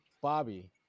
Bobby